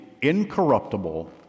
incorruptible